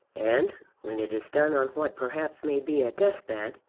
and when it is done on what perhaps may be a death-bed,